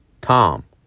Tom